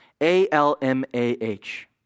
A-L-M-A-H